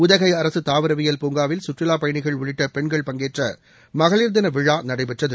உதகை அரசு தாவரவியல் பூங்காவில் சுற்றுலா பயனிகள் உள்ளிட்ட பெண்கள் பங்கேற்ற மகளிர் தின விழா நடைபெற்றது